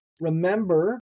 remember